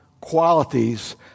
qualities